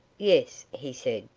yes, he said,